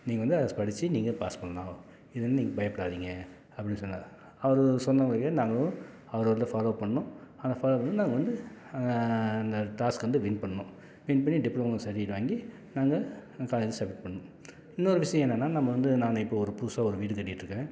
நீங்கள் வந்து அதை படித்து நீங்கள் பாஸ் பண்ணலாம் இது வந்து நீங்கள் பயப்படாதீங்க அப்படின்னு சொன்னார் அவர் சொன்ன மாதிரியே நாங்களும் அவரை வந்து ஃபாலோவ் பண்ணோம் அதை ஃபாலோவ் பண்ணி நாங்கள் வந்து அந்த டாஸ்க்கை வந்து வின் பண்ணோம் வின் பண்ணி டிப்ளமோ சர்டிஃபிக்கேட் வாங்கி நாங்கள் காலேஜ் சப்மிட் பண்ணோம் இன்னொரு விஷயம் என்னென்னா நம்ம வந்து நாங்கள் இப்போது ஒரு புதுசாக ஒரு வீடு கட்டிட்டு இருக்கேன்